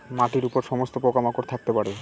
মাটির উপর সমস্ত পোকা মাকড় থাকতে পারে